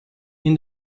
این